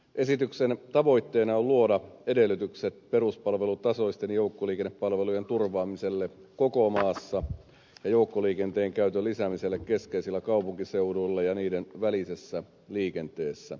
esityksen tavoitteena on luoda edellytykset peruspalvelutasoisten joukkoliikennepalvelujen turvaamiselle koko maassa ja joukkoliikenteen käytön lisäämiselle keskeisillä kaupunkiseuduilla ja niiden välisessä liikenteessä